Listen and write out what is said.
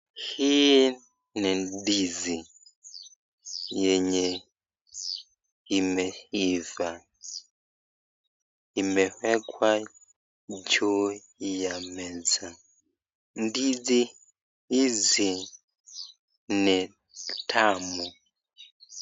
Hii ni ndizi yenye imeiva imewekwa juu ya meza ndizi hizi ni tamu.